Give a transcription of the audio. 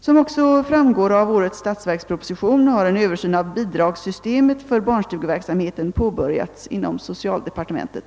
Som också framgår av årets statsverksproposition har en översyn av bidragssystemet för barnstugeverksamheten påbörjats inom socialdepartementet.